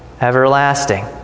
everlasting